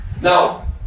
Now